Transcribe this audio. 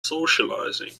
socializing